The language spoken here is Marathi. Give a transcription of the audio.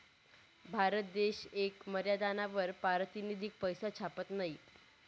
भारत देश येक मर्यादानावर पारतिनिधिक पैसा छापत नयी